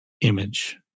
image